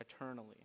eternally